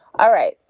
all right.